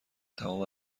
تمام